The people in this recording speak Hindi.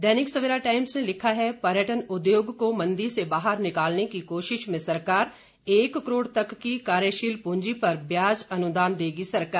दैनिक सवेरा टाइम्स ने लिखा है पर्यटन उद्योग को मंदी से बाहर निकालने की कोशिश में सरकार एक करोड़ तक की कार्यशील पूंजी पर ब्याज अनुदान देगी सरकार